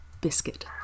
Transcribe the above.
Biscuit